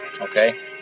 okay